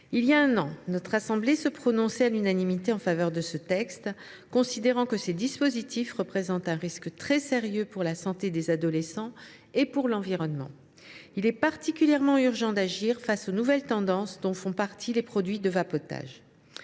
Il y a un an, notre assemblée se prononçait à l’unanimité en faveur de cette proposition de loi, considérant que ces produits représentent un risque très sérieux pour la santé des adolescents et pour l’environnement. Il est particulièrement urgent d’agir face aux nouvelles tendances dont font partie les produits de vapotage,